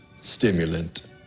stimulant